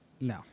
No